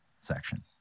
section